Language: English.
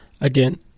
Again